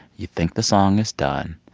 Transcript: you think the song is done.